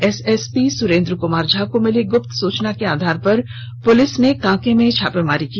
SSP Surendra Kumar Jha को मिली गुप्त सूचना के आधार पर पुलिस ने कांके में छापेमारी की